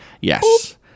yes